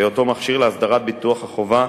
בהיותו מכשיר להסדרת ביטוח החובה,